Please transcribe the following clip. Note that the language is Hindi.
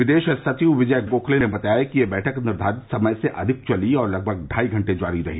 विदेश सचिव विजय गोखले ने बताया कि यह बैठक निर्धारित समय से अधिक चली और लगभग ढ़ाई घंटे जारी रही